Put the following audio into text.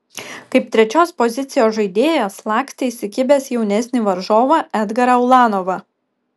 kaip trečios pozicijos žaidėjas lakstė įsikibęs jaunesnį varžovą edgarą ulanovą